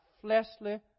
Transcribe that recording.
fleshly